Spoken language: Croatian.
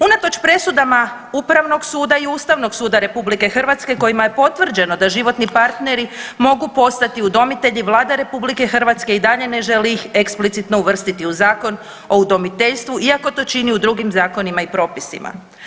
Unatoč presudama Upravnog suda i Ustavnog suda RH kojima je potvrđeno da životni partneri mogu postati udomitelji Vlada RH i dalje ne želi ih eksplicitno uvrstiti u Zakon o udomiteljstvu iako to čini u drugim zakonima i propisima.